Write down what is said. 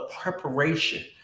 preparation